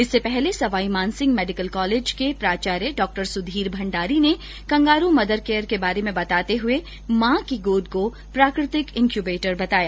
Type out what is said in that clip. इससे पहले Sawai Mansingh medical college के प्राचार्य डॉ सुधीर भंडारी ने कंगारू मदर केयर के बारे में बताते हए मां की गोद को प्राकृतिक इन्क्यूबेटर बताया